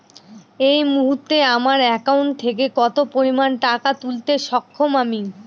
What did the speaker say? এই মুহূর্তে আমার একাউন্ট থেকে কত পরিমান টাকা তুলতে সক্ষম আমি?